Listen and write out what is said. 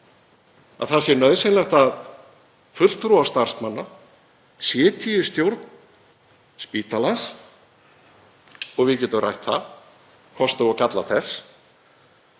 telja nauðsynlegt að fulltrúi starfsmanna sitji í stjórn spítalans, og við getum rætt kosti og galla þess,